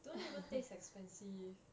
don't even taste expensive